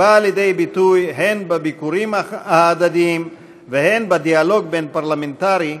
שבאה לידי ביטוי הן בביקורים הדדיים והן בדיאלוג בין-פרלמנטרי,